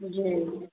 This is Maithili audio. जी